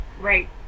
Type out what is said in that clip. right